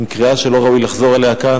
עם קריאה שלא ראוי לחזור עליה כאן,